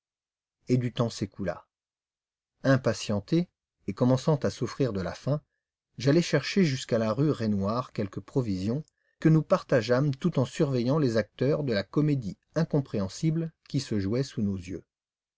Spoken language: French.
et du temps s'écoula impatienté et commençant à souffrir de la faim j'allai chercher jusqu'à la rue raynouard quelques provisions que nous nous partageâmes tout en surveillant les acteurs de la comédie incompréhensible qui se jouait sous nos yeux